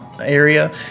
area